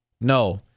No